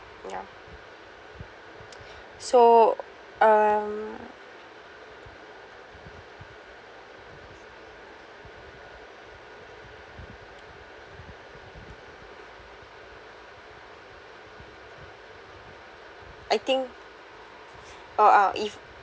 ya so um I think uh uh if